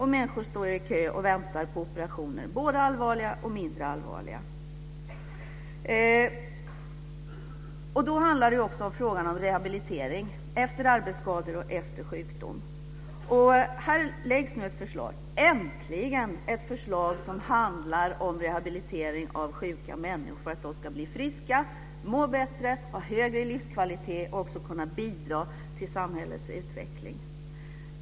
Och människor står i kö och väntar på operationer, både allvarliga och mindre allvarliga. Då handlar det också om frågan om rehabilitering efter arbetsskador och efter sjukdom. Nu läggs äntligen ett förslag fram som handlar om rehabilitering av sjuka människor så att de ska bli friska, må bättre, ha högre livskvalitet och också kunna bidra till samhällets utveckling.